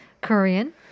Korean